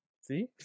see